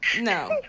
no